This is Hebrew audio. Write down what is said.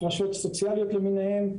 הפרשות סוציאליות למיניהן.